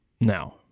Now